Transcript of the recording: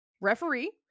referee